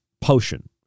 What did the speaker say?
potion